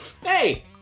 Hey